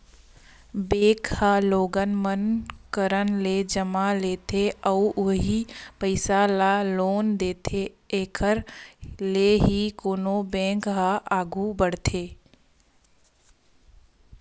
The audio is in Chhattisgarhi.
बेंक ह लोगन मन करा ले जमा लेथे अउ उहीं पइसा ल लोन देथे एखर ले ही कोनो बेंक ह आघू बड़थे